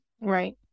right